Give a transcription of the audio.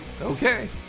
Okay